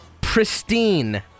Pristine